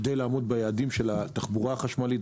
כדי לעמוד ביעדים של התחבורה החשמלית.